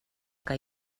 que